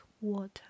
water